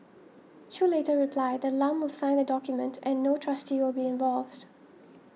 Chew later replied that Lam will sign the document and no trustee will be involved